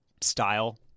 style